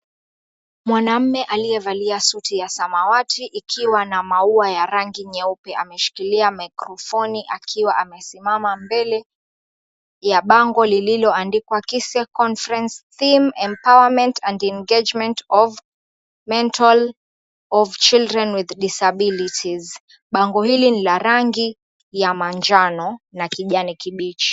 Mwanaume aliyevalia suti ya samawati ikiwa na maua ya rangi nyeupe ameshikilia maikrofoni akiwa amesimama mbele ya bango lililoandikwa, Kise Conference Theme Empowerment and Engagement of Mental of Children With Disabilities. Bango hili ni la rangi ya manjano na kijani kibichi.